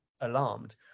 alarmed